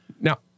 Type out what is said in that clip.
Now